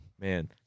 Man